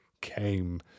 came